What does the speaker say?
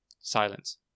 Silence